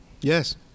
Yes